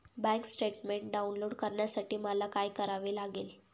Bank statement download करण्यासाठी मला काय करावे लागेल?